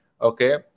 Okay